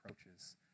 approaches